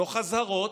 תוך אזהרות,